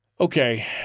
Okay